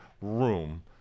room